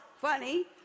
funny